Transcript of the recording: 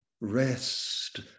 rest